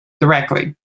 directly